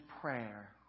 prayer